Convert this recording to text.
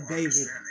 David